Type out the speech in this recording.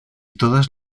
todas